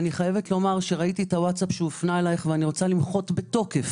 ראיתי את הווטסאפ שהופנה אליך ואני רוצה למחות בתוקף